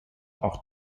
auch